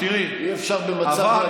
אי-אפשר במצב רגיל,